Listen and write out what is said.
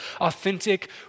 authentic